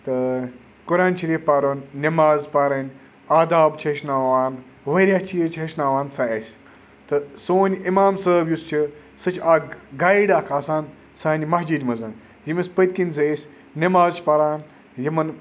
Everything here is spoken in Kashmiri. تہٕ قُرآنہِ شریٖف پَرُن نٮ۪ماز پَرٕنۍ آداب چھِ ہیٚچھناوان واریاہ چیٖز چھِ ہیٚچھناوان سَہ اَسہِ تہٕ سون یہِ اِمام صٲب یُس چھِ سُہ چھِ اَکھ گایِڈ اَکھ آسان سانہِ مَسجِد منٛز ییٚمِس پٔتۍ کِنۍ زِ أسۍ نٮ۪ماز چھِ پَران یِمن